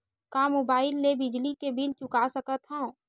का मुबाइल ले बिजली के बिल चुका सकथव?